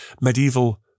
medieval